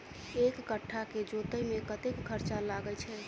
एक कट्ठा केँ जोतय मे कतेक खर्चा लागै छै?